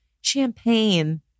champagne